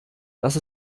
dass